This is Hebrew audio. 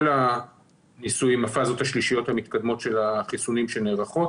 הפאזות השלישיות המתקדמות של החיסונים שנערכות